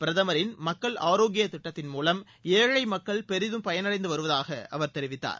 பிரதமரின் மக்கள் ஆரோக்கியத் திட்டத்தின் மூலம் ஏழழ மக்கள் பெரிதும் பயனடைந்து வருவதாக அவர் தெரிவித்தார்